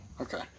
Okay